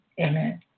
amen